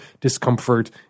discomfort